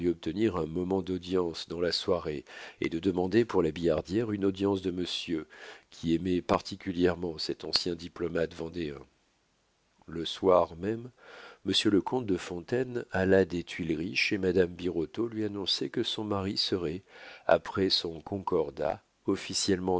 obtenir un moment d'audience dans la soirée et de demander pour la billardière une audience de monsieur qui aimait particulièrement cet ancien diplomate vendéen le soir même monsieur le comte de fontaine alla des tuileries chez madame birotteau lui annoncer que son mari serait après son concordat officiellement